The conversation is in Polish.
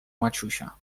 maciusia